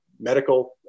medical